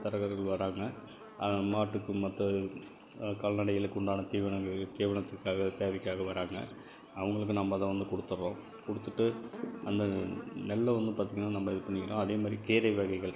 தரகர்கள் வாராங்க மாட்டுக்கு மற்ற கால்நடைகளுக்கு உண்டான தீவனங்க தீவனத்துக்காக தேவைக்காக வராங்க அவர்களுக்கு நம்ம அதை வந்து கொடுத்துடுறோம் கொடுத்துட்டு அந்த நெல்லை வந்து பார்த்திங்கன்னா நம்ம இது பண்ணிக்கிறோம் அதே மாதிரி கீரை வகைகள்